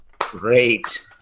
Great